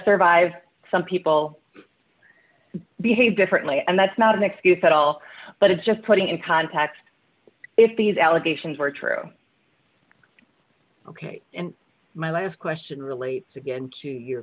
survive some people behave differently and that's not an excuse at all but it's just putting in context if these allegations were true ok and my last question relates again to your